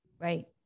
right